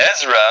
Ezra